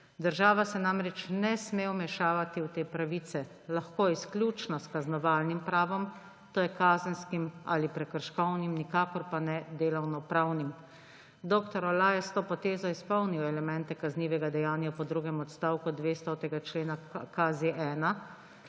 Država se namreč ne sme vmešavati v te pravice, lahko izključno s kaznovalnim pravom, to je kazenskim ali prekrškovnim, nikakor pa ne delovnopravnim. Dr. Olaj je s to potezo izpolnil elemente kaznivega dejanja po drugem odstavku 200. člena KZ-1.